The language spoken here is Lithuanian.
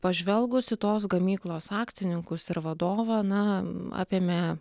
pažvelgus į tos gamyklos akcininkus ir vadovą na apėmė